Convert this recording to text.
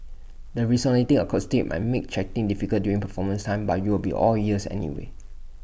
the resonating acoustics might make chatting difficult during performance time but you will be all ears anyway